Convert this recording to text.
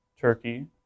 Turkey